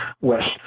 West